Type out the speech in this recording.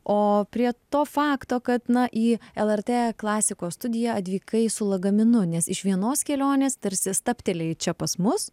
o prie to fakto kad na į lrt klasikos studiją atvykai su lagaminu nes iš vienos kelionės tarsi stabtelėjai čia pas mus